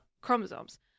chromosomes